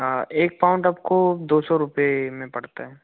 एक पाउंड आपको दो सौ रुपये में पड़ता है